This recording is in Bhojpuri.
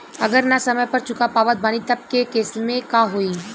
अगर ना समय पर चुका पावत बानी तब के केसमे का होई?